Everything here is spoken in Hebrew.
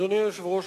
אדוני היושב-ראש,